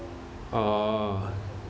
oh